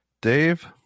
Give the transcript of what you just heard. Dave